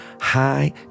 high